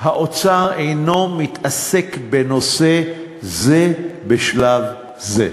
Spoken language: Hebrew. האוצר אינו מתעסק בנושא זה בשלב זה.